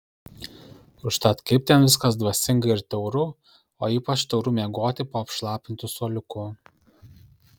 užtat kaip ten viskas dvasinga ir tauru o ypač tauru miegoti po apšlapintu suoliuku